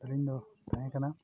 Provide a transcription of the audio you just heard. ᱛᱟᱹᱞᱤᱧ ᱫᱚ ᱛᱟᱦᱮᱸ ᱠᱟᱱᱟ